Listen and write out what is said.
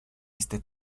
este